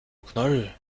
knoll